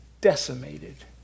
decimated